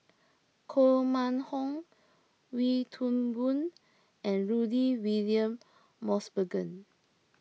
Koh Mun Hong Wee Toon Boon and Rudy William Mosbergen